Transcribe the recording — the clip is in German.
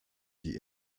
die